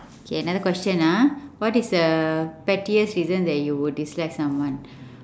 okay another question ah what is the pettiest reason that you would dislike someone